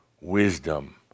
wisdom